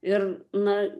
ir na